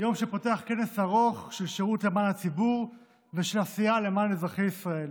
יום שפותח כנס ארוך של שירות למען הציבור ושל עשייה למען אזרחי ישראל.